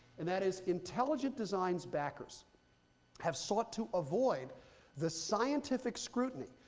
and that is, intelligent designs backers have sought to avoid the scientific scrutiny,